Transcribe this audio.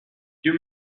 you